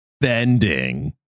bending